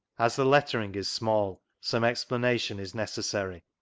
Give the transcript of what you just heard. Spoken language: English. as the lettering is small, some explanation is necessary.